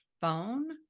phone